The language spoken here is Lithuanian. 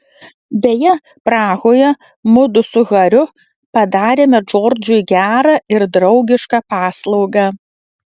beje prahoje mudu su hariu padarėme džordžui gerą ir draugišką paslaugą